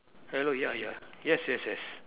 hello ya ya yes yes yes